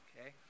Okay